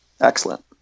Excellent